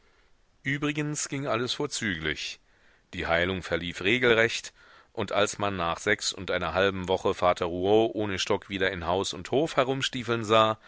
übrigens ging alles vorzüglich die heilung verlief regelrecht und als man nach sechs und einer halben woche vater rouault ohne stock wieder in haus und hof herumstiefeln sah